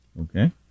Okay